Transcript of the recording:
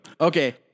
Okay